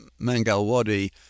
Mangalwadi